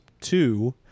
two